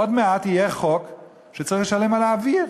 עוד מעט יהיה חוק שצריך לשלם על האוויר,